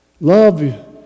Love